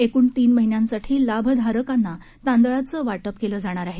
एकूण तीन महिन्यांसाठी लाभधारकांना तांदळाचे वाटप केले जाणार आहे